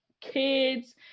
kids